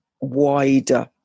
wider